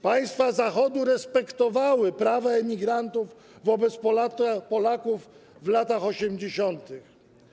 Państwa Zachodu respektowały prawa emigrantów wobec Polaków w latach 80.